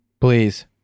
please